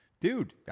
Dude